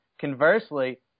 Conversely